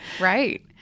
right